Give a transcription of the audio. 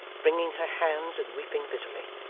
wringing her hands and weeping bitterly,